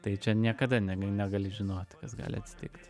tai čia niekada ne negali žinoti kas gali atsitikti